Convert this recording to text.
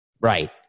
Right